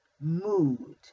mood